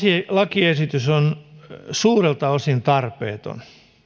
lakiesitys on suurilta osin tarpeeton